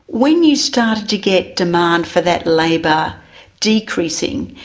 when you started to get demand for that labour decreasing,